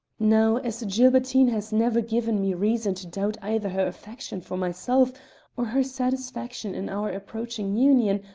now, as gilbertine has never given me reason to doubt either her affection for myself or her satisfaction in our approaching union,